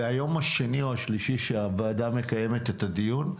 זה היום השני או השלישי שהוועדה מקיימת את הדיון,